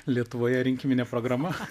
lietuvoje rinkiminė programa